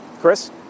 Chris